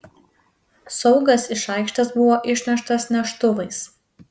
saugas iš aikštės buvo išneštas neštuvais